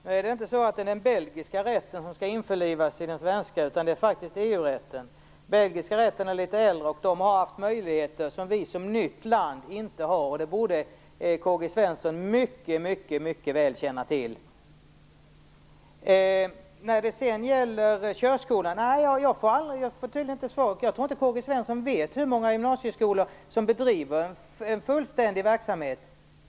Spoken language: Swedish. Herr talman! Nu är det inte den belgiska rätten som skall införlivas med den svenska, utan det är EU rätten. Den belgiska rätten är litet äldre, och där har man haft möjligheter som vi som nytt land inte har. Det borde K-G Svenson mycket väl känna till. Jag får tydligen inget svar på min fråga när det gäller körskolorna. Jag tror inte K-G Svenson vet hur många gymnasieskolor som bedriver en fullständig verksamhet.